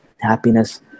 happiness